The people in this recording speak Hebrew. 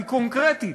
היא קונקרטית,